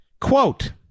Quote